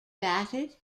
batted